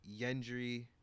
Yendry